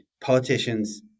Politicians